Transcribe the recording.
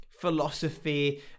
philosophy